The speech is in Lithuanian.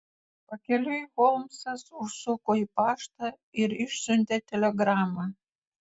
pakeliui holmsas užsuko į paštą ir išsiuntė telegramą